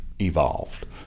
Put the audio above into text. evolved